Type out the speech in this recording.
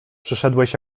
przyszedłeś